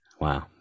wow